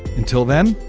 until then,